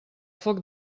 foc